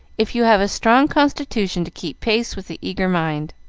if you have a strong constitution to keep pace with the eager mind.